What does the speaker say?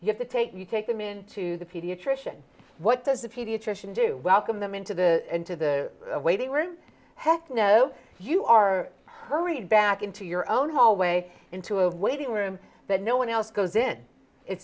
you have to take you take them in to the pediatrician what does the pediatrician do welcome them into the into the waiting room heck no you are hurried back into your own hallway into a waiting room that no one else goes in it